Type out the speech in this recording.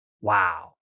wow